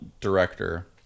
director